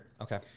Okay